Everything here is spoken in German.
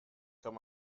kann